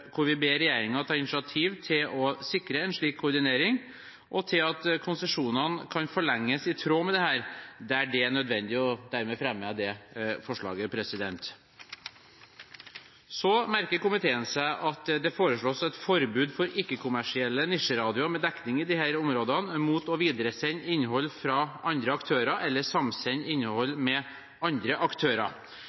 hvor vi ber regjeringen ta initiativ til å sikre en slik koordinering, og til at konsesjonene kan forlenges i tråd med dette, der det er nødvendig. Dermed fremmer jeg det forslaget. Så merker komiteen seg at det foreslås et forbud for ikke-kommersielle nisjeradioer med dekning i disse områdene, mot å videresende innhold fra andre aktører, eller samsende innhold med andre aktører.